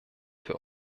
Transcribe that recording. für